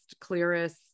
clearest